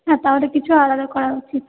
হ্যাঁ তাহলে কিছু আলাদা করা উচিত